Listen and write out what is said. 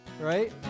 right